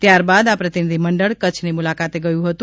ત્યારબાદ આ પ્રતિનિધિ મંડળ કચ્છની મુલાકાતે ગયું હતું